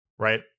Right